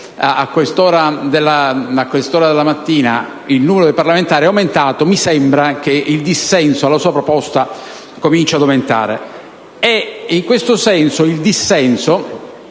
a quest'ora della mattina il numero dei parlamentari sia aumentato indica che il dissenso alla sua stessa proposta inizia ad aumentare. In questo senso, il dissenso